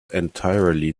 entirely